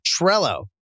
Trello